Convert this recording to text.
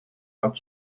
მათ